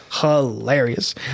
hilarious